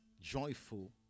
Joyful